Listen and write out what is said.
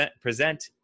present